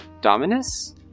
Dominus